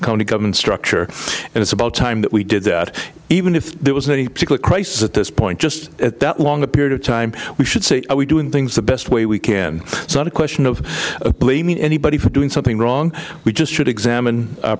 government structure and it's about time that we did that even if there was any particular crisis at this point just at that long a period of time we should say are we doing things the best way we can it's not a question of blaming anybody for doing something wrong we just should examine